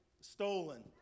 stolen